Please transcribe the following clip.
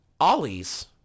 Ollie's